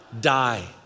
die